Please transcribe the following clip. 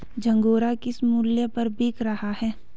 झंगोरा किस मूल्य पर बिक रहा है?